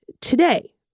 today